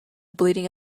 bleeding